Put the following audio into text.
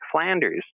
flanders